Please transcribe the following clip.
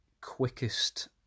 quickest